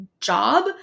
job